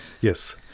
Yes